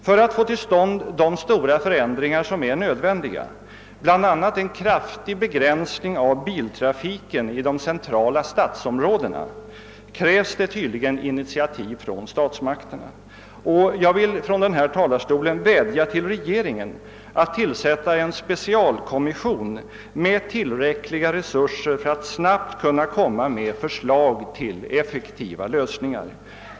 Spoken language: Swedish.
För att få till stånd de stora förändringar som är nödvändiga, bl.a. en kraftig begränsning av biltrafiken i de centrala stadsområdena, krävs det tydligen initiativ från statsmakterna. Jag vill från denna talarstol vädja till regeringen att tillsätta en speciell kommission med tillräckliga resurser för att snabbt framlägga förslag till effektiva lösningar.